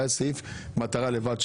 והייתה הסתייגות שלי לסעיף מטרה לבד.